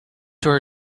her